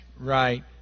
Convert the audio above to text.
right